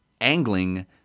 angling